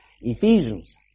Ephesians